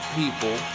people